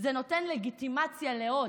זה נותן לגיטימציה לעוד.